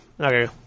okay